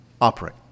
operate